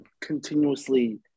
continuously